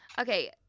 Okay